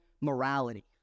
morality